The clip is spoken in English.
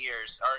years